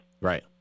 Right